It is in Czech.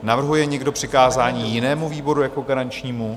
Navrhuje někdo přikázání jinému výboru jako garančnímu?